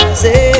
say